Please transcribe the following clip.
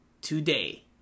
today